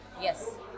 Yes